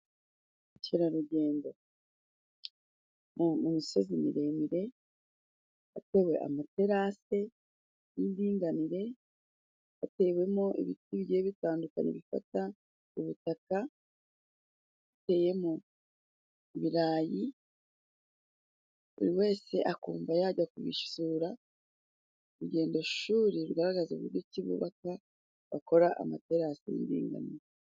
Ubukerarugendo. Mu misozi miremire hatewe amaterasi y'indinganire, hatewemo ibiti bigiye bitandukanye bifata ubutaka, bateyemo ibirayi, buri wese akumva yajya kubisura. Urugendoshuri rwagaragazaga ni buryo ki bubaka, bakora amaterasi g'indinganire.